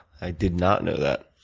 i did not know that.